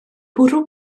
bwrw